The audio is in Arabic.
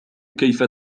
كيف